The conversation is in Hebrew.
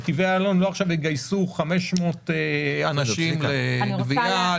נתיבי איילון לא יגייסו עכשיו 500 אנשים לגבייה,